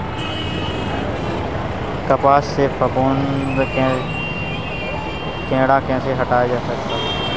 कपास से फफूंदी कीड़ा कैसे हटाया जा सकता है?